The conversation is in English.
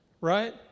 right